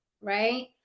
right